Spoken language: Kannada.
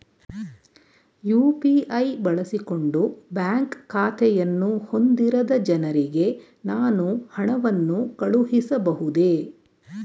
ಯು.ಪಿ.ಐ ಬಳಸಿಕೊಂಡು ಬ್ಯಾಂಕ್ ಖಾತೆಯನ್ನು ಹೊಂದಿರದ ಜನರಿಗೆ ನಾನು ಹಣವನ್ನು ಕಳುಹಿಸಬಹುದೇ?